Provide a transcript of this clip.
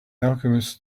alchemist